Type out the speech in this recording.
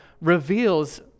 reveals